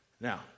Now